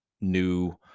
new